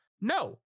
No